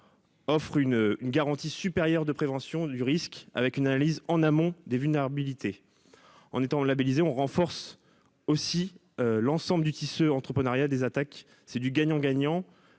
offre une garantie supérieure de prévention du risque, avec une analyse en amont des vulnérabilités, et renforce l'ensemble du tissu entrepreneurial contre les attaques. C'est du gagnant-gagnant.